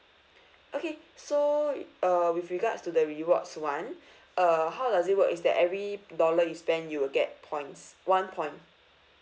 okay so uh with regards to the rewards one uh how does it work is that every dollar you spend you will get points one point